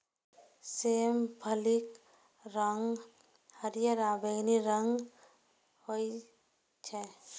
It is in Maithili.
सेम फलीक रंग हरियर आ बैंगनी होइ छै